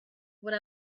what